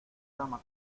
dama